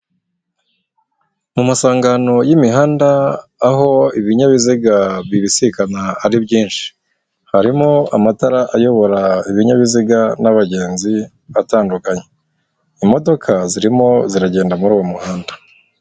Mu masangano y'imihanda aho ibinyabiziga bibisikana ari byinshi, harimo amatara ayobora ibinyabiziga n'abagenzi batandukanye, imodoka zirimo ziragenda muri uwo muhanda.